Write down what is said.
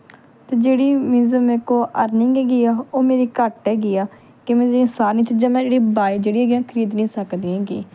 ਅਤੇ ਜਿਹੜੀ ਮਿਨਜ਼ ਮੇਰੇ ਕੋਲ ਅਰਨਿੰਗ ਹੈਗੀ ਆ ਉਹ ਮੇਰੀ ਘੱਟ ਹੈਗੀ ਆ ਕਿ ਮੈਂ ਜਿਹੜੀਆਂ ਸਾਰੀਆਂ ਚੀਜ਼ਾਂ ਮੈਂ ਜਿਹੜੀਆਂ ਬਾਏ ਜਿਹੜੀਆਂ ਹੈਗੀਆਂ ਖਰੀਦ ਨਹੀਂ ਸਕਦੀ ਹੈਗੀ